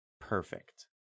perfect